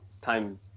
time